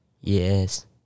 Yes